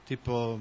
tipo